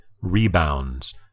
rebounds